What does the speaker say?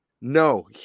No